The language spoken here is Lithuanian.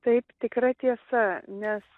taip tikra tiesa nes